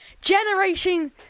Generation